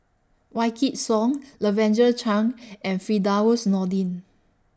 Wykidd Song Lavender Chang and Firdaus Nordin